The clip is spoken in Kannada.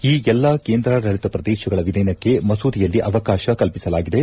ಈ ಎಲ್ಲಾ ಕೇಂದ್ರಾಡಳಿತ ಪ್ರದೇಶಗಳ ವಿಲೀನಕ್ಕೆ ಮಸೂದೆಯಲ್ಲಿ ಅವಕಾಶ ಕಲ್ಪಿಸಲಾಗಿದೆ